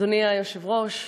אדוני היושב-ראש,